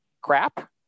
crap